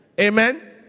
Amen